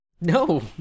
No